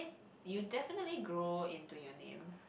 you definitely grow into your name